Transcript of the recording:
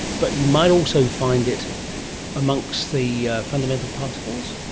but you might also find it amongst the fundamental particles?